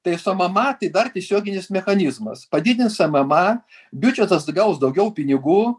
tai somamatai dar tiesioginis mechanizmas padidins mma biudžetas gaus daugiau pinigų